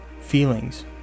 feelings